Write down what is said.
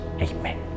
Amen